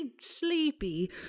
sleepy